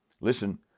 Listen